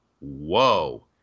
whoa